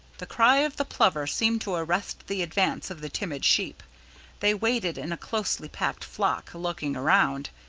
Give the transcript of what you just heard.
the cry of the plover seemed to arrest the advance of the timid sheep they waited in a closely-packed flock, looking around.